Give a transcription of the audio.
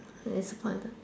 disappointed